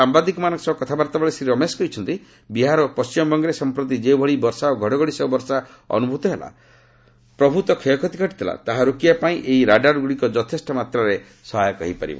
ସାମ୍ଭାଦିକମାନଙ୍କ ସହ କଥାବାର୍ତ୍ତାବେଳେ ଶ୍ରୀ ରମେଶ କହିଚ୍ଚନ୍ତି ବିହାର ଓ ପଶ୍ଚିମବଙ୍ଗରେ ସମ୍ପ୍ରତି ଯେଉଁଭଳି ବର୍ଷା ଓ ଘଡ଼ଘଡ଼ିସହ ବର୍ଷା ଅନୁଭୂତ ହେଲା ପରେ ପ୍ରଭୃତ କ୍ଷୟକ୍ଷତି ଘଟିଥିଲା ତାହା ରୋକିବାପାଇଁ ଏହି ରାଡାର ଗୁଡ଼ିକ ଯଥେଷ୍ଟମାତ୍ରାରେ ସହାୟକ ହୋଇପାରିବ